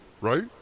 right